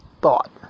thought